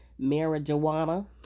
marijuana